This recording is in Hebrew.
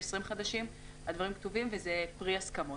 הדברים כתובים וזה פרי הסכמות.